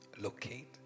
Locate